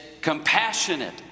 compassionate